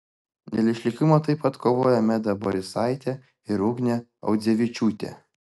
dėl išlikimo taip pat kovojo meda borisaitė ir ugnė audzevičiūtė